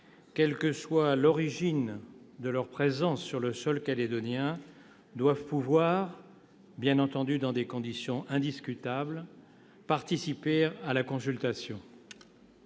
quelle que soit l'origine de leur présence sur le sol calédonien, doivent pouvoir, dans des conditions indiscutables, participer à la consultation.